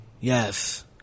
Yes